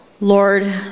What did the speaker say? Lord